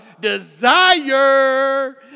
Desire